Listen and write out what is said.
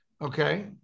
Okay